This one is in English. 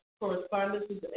Correspondences